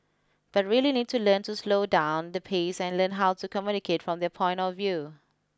but really need to learn to slow down the pace and learn how to communicate from their point of view